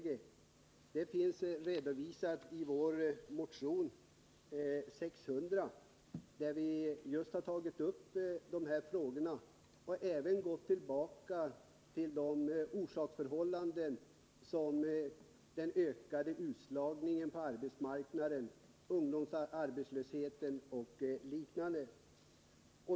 Den synen finns redovisad i vår motion 600, där vi tagit upp just de här frågorna och även gått tillbaka till orsaksförhållanden som den ökade utslagningen på arbetsmarknaden, ungdomsarbetslösheten och liknande.